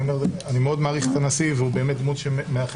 אני מאוד מעריך את הנשיא והוא באמת דמות מאחדת,